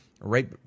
right